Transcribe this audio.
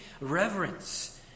reverence